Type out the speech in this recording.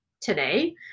today